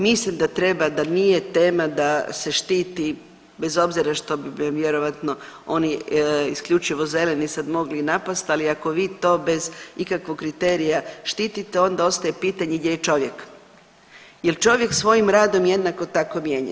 Mislim da treba da nije tema da se štiti, bez obzira što vjerojatno oni isključivo zeleni sad mogli napast, ali ako vi to bez ikakvog kriterija štite onda ostaje pitanje gdje je čovjek, jel čovjek svojim radom jednako tako mijenja.